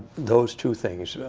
those two things.